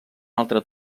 altre